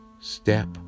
Step